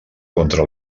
contra